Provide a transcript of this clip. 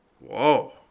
Whoa